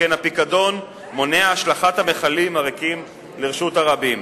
שכן הפיקדון מונע השלכת המכלים הריקים לרשות הרבים.